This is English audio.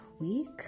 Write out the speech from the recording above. week